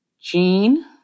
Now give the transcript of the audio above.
Gene